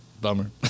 Bummer